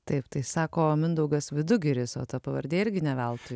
taip tai sako mindaugas vidugiris o ta pavardė irgi ne veltui